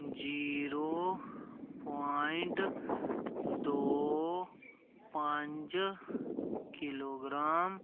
zero point दो पंज kilo gram